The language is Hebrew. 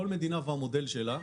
כל מדינה והמודל שלה.